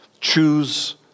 Choose